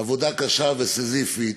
עבודה קשה וסיזיפית